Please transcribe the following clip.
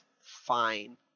fine